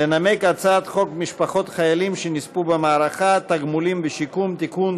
לנמק את הצעת חוק משפחות חיילים שנספו במערכה (תגמולים ושיקום) (תיקון,